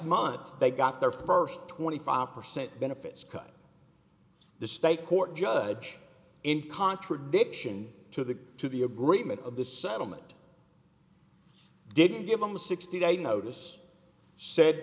month they got their first twenty five percent benefits cut the state court judge in contradiction to the to the agreement of the settlement didn't give them a sixty day notice said